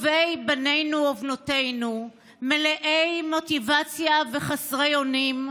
טובי בנינו ובנותינו, מלאי מוטיבציה וחסרי אונים,